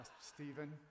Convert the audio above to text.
Stephen